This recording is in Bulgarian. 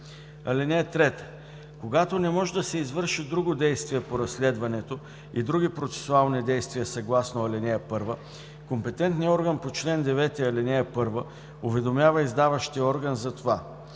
(3) Когато не може да се извърши друго действие по разследването и други процесуални действия съгласно ал. 1, компетентният орган по чл. 9, ал. 1 уведомява издаващия орган затова.